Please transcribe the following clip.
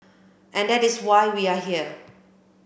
and that is why we are here